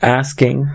asking